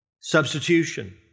Substitution